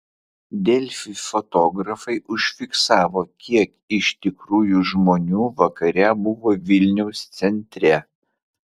delfi fotografai užfiksavo kiek iš tikrųjų žmonių vakare buvo vilniaus centre